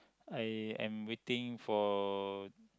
I am waiting for